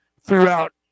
throughout